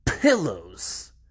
Pillows